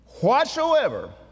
Whatsoever